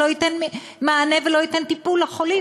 שייתן מענה וייתן טיפול לחולים.